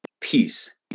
Peace